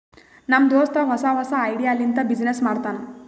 ನಮ್ ದೋಸ್ತ ಹೊಸಾ ಹೊಸಾ ಐಡಿಯಾ ಲಿಂತ ಬಿಸಿನ್ನೆಸ್ ಮಾಡ್ತಾನ್